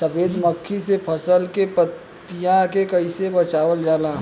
सफेद मक्खी से फसल के पतिया के कइसे बचावल जाला?